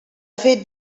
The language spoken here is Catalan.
fet